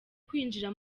kwinjira